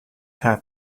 half